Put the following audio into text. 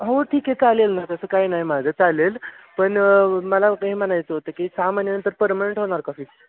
हो ठीक आहे चालेल ना तसं काही नाही माझं चालेल पण मला हे म्हणायचं होतं की सहा महिन्यानंतर परमनंट होणार का फिक्स